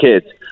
kids